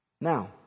Now